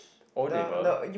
old neighbor